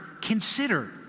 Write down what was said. consider